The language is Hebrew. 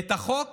את החוק